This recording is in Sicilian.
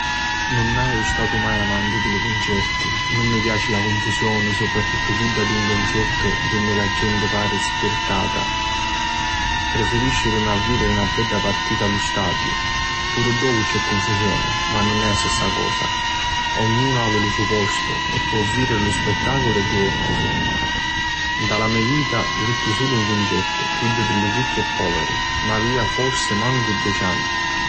Nu haiu stau mai amanti di li cuncerti, nun mi piaci la cunfusioni soprattuttu chidda di un cuncertu dunni la genti pari spirtata. Prefirisciu jirimi a vìdiri na bedda partita a lu stadiu, puru ddocu c'è cunfisioni ma nun è la stessa cosa, ognunu havi lu so postu e si po vìdiri lu spittaculu e divèrtisi. Nta la me vita vitti sulu un cuncertu, chiddu di li Ricchi e Poveri, ma avia forsi mancu deci anni.